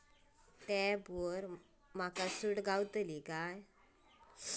त्या ऍपवर आमका सूट गावतली काय?